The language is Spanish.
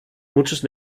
muchos